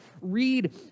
read